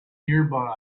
nearby